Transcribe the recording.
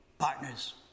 partners